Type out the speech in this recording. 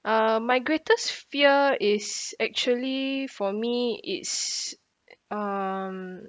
um my greatest fear is actually for me is um